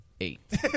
Eight